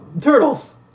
turtles